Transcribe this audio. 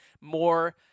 more